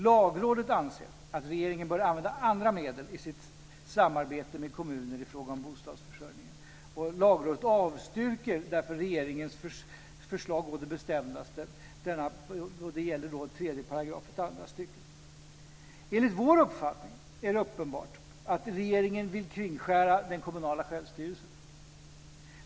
Lagrådet anser att regeringen bör använda andra medel i sitt samarbete med kommuner i fråga om bostadsförsörjningen. Lagrådet avstyrker därför regeringens förslag å det bestämdaste. Det gäller 3 § andra stycket. Enligt vår uppfattning är det uppenbart att regeringen vill kringskära den kommunala självstyrelsen.